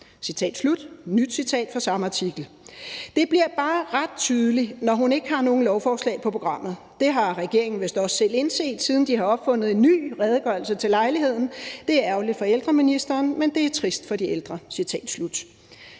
vælgerne det nok ikke ... Det bliver så bare ret tydeligt, når hun ikke har nogle lovforslag på programmet. Det har regeringen vist også selv indset, siden de har opfundet en ny redegørelse til lejligheden. Det er ærgerligt for ældreministeren, men det er især trist for de ældre ...«.